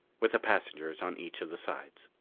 with the passengers on each of the sides.